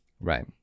Right